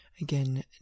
again